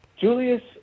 Julius